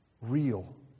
real